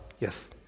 yes